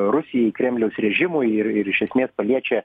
rusijai kremliaus režimui ir ir iš esmės paliečia